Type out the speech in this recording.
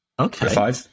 Okay